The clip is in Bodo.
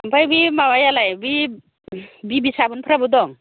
आमफ्राय बे माबायालाय बे बिबि साबोनफ्राबो दं